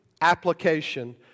application